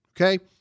Okay